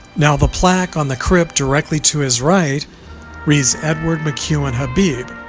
now the plaque on the crypt directly to his right reads edward mcewen habib,